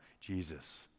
Jesus